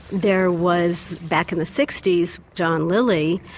there was back in the sixty s john lilly,